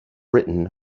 written